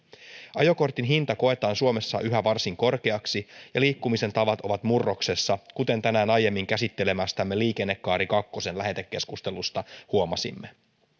ajokortin hinta koetaan suomessa yhä varsin korkeaksi ja liikkumisen tavat ovat murroksessa kuten tänään aiemmin käsittelemästämme liikennekaari kakkosen lähetekeskustelusta huomasimme